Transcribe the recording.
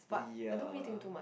ya